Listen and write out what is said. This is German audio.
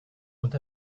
und